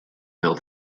bêl